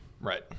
Right